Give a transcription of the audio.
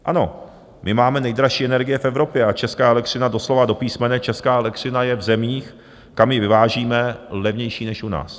Ano, my máme nejdražší energie v Evropě a česká elektřina doslova a do písmene, česká elektřina je v zemích, kam ji vyvážíme, levnější než u nás.